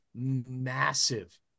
massive